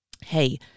hey